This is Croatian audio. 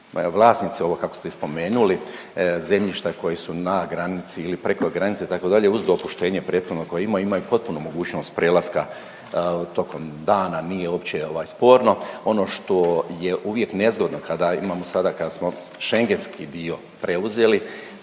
vlasnici ovo kako ste spomenuli zemljišta koji su na granici ili preko granice itd., uz dopuštenje prethodno koje imaju, imaju potpunu mogućnost prelaska tokom dana nije uopće ovaj sporno. Ono što je uvijek nezgodno kada imamo sada kada smo Schengenski dio preuzeli